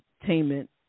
entertainment